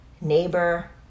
neighbor